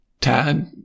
Tad